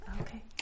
Okay